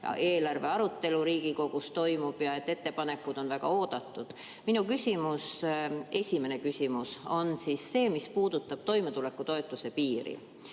Eelarve arutelu Riigikogus toimub ja ettepanekud on väga oodatud. Minu esimene küsimus on see, mis puudutab toimetulekutoetuse piiri.